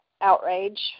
outrage